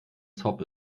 zob